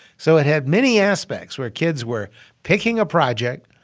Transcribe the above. so it had many aspects where kids were picking a project,